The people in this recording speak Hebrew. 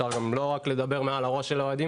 אפשר גם לא רק לדבר מעל הראש של האוהדים